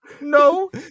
No